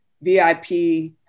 VIP